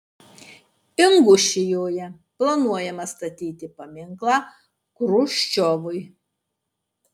ingušijoje planuojama statyti paminklą chruščiovui